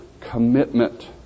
commitment